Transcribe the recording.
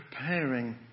preparing